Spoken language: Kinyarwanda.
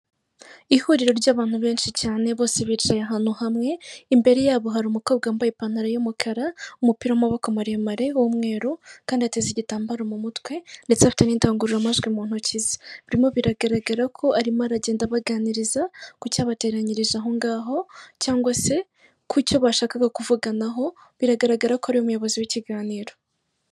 Ihuriro ry'abantu benshi cyane bose bicaye ahantu hamwe imbere yabo hari umukobwa wambaye ipantaro y'umukara umupiramaboko maremare w'umweru kandi ateza igitambaro mu mutwe ndetse afite n'indangururamajwi mu ntoki ze, birimo biragaragara ko arimo aragenda abaganiriza ku cyabateranyiriza aho ngaho cyangwa se ku cyo bashakaga kuvuganaho biragaragara ko ariwe umuyobozi w'ikiganiro.